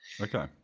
okay